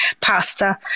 pasta